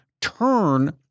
turn